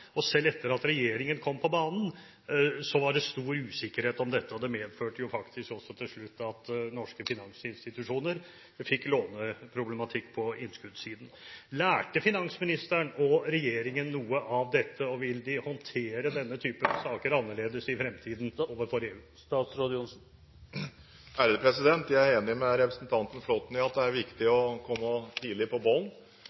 Selv etter at regjeringen kom på banen, var det stor usikkerhet om dette, og det medførte jo faktisk også til slutt at norske finansinstitusjoner fikk låneproblematikk på innskuddssiden. Lærte finansministeren og regjeringen noe av dette, og vil de håndtere denne type saker annerledes overfor EU i fremtiden? Jeg er enig med representanten Flåtten i at det er viktig